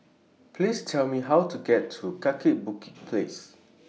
Please Tell Me How to get to Kaki Bukit Place